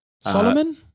Solomon